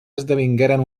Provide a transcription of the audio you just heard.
esdevingueren